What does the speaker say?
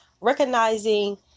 recognizing